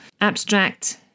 abstract